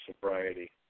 sobriety